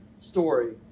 story